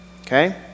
okay